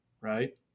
Right